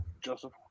Joseph